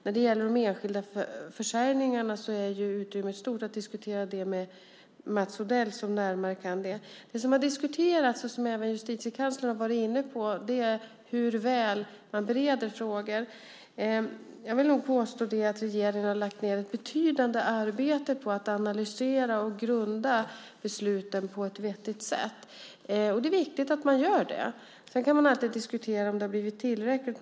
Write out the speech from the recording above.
När det gäller de enskilda försäljningarna är utrymmet stort för att diskutera det med Mats Odell som närmare kan det. Det som har diskuterats och som även Justitiekanslern har varit inne på är hur väl man bereder frågor. Jag vill nog påstå att regeringen har lagt ned ett betydande arbete på att analysera och grunda besluten på ett vettigt sätt. Det är viktigt att man gör det. Man kan alltid diskutera om det varit tillräckligt.